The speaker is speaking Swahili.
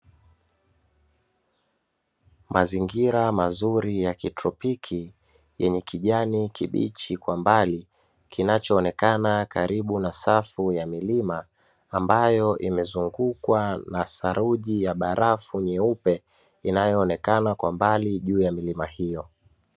Mazingira mazuri ya kitropiki yenye kijani kibichi kwa mbali kinachoonekana karibu na safu ya milima ambayo imezungukwa na saruji ya barafu nyeupe inayoonekana kwa mbali juu ya milima hiyo.